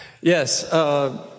yes